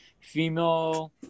female